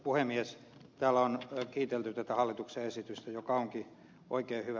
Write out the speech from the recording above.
täällä on kiitelty tätä hallituksen esitystä joka onkin oikein hyvä